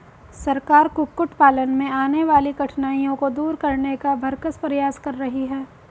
सरकार कुक्कुट पालन में आने वाली कठिनाइयों को दूर करने का भरसक प्रयास कर रही है